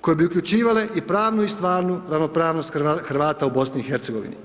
koje bi uključivale i pravnu i stvarnu ravnopravnost Hrvata u BiH-i.